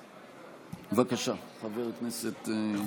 בבקשה, חבר הכנסת עודה.